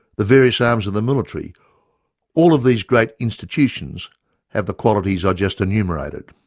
the various arms of the military all of these great institutions have the qualities i just enumerated.